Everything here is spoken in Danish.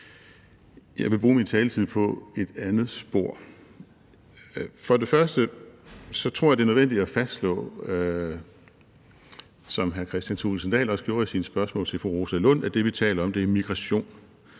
Jeg vil bruge min taletid på et andet spor. Jeg tror, det er nødvendigt at fastslå, som hr. Kristian Thulesen Dahl også gjorde i sit spørgsmål til fru Rosa Lund, at det, vi taler om, er migration.